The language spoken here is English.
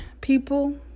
people